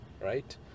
right